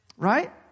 Right